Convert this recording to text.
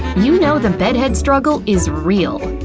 you know the bed head struggle is real.